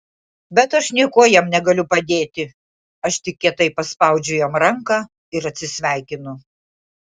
bet aš niekuo jam negaliu padėti aš tik kietai paspaudžiu jam ranką ir atsisveikinu